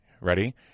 Ready